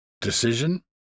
decision